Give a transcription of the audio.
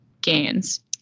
gains